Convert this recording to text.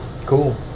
cool